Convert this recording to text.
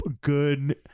good